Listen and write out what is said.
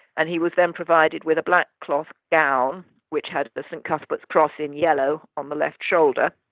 and he was then provided with a black cloth gown which had the st. cuthbert's cross in yellow on the left shoulder,